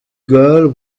girl